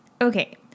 Okay